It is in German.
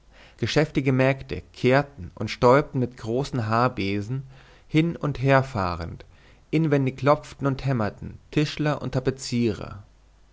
geschäftige mägde kehrten und stäubten mit großen haarbesen hin und herfahrend inwendig klopften und hämmerten tischler und tapezierer